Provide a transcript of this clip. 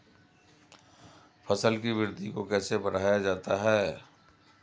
फसल की वृद्धि को कैसे बढ़ाया जाता हैं?